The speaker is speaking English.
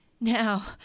Now